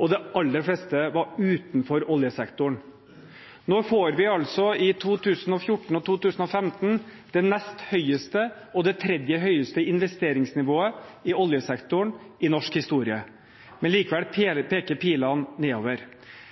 og de aller fleste var utenfor oljesektoren. Nå har vi i 2014 og i 2015 fått det nest høyeste og det tredje høyeste investeringsnivået i oljesektoren i norsk historie. Likevel peker pilene nedover.